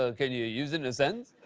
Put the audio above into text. ah can you use it in a sentence?